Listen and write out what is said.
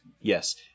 Yes